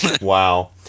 Wow